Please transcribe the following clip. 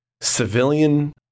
civilian